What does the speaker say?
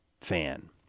fan